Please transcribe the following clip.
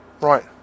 Right